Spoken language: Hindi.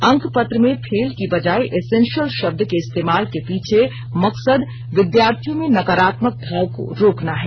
अंक पत्र में फेल की बजाय एसेंशियल शब्द के इस्तेमाल के पीछे मकसद विद्यार्थियों में नकारात्मक भाव को रोकना है